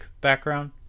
background